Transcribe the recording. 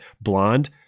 Blonde